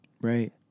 Right